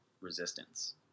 resistance